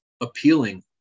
appealing